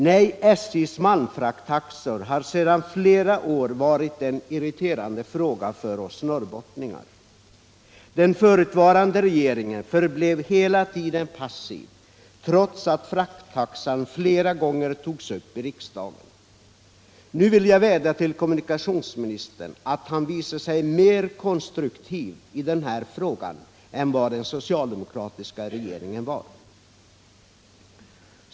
Nej, SJ:s malmfrakttaxor har sedan flera år varit en irriterande fråga för oss norrbottningar. Den förutvarande regeringen förblev hela tiden passiv trots att frakttaxan flera gånger togs upp i rikdagen. Nu vill jag vädja till kommunikationsministern att han visar sig mer konstruktiv i den här frågan än vad den socialdemokratiska regeringen var.